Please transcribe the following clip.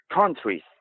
countries